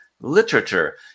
literature